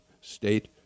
state